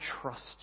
trust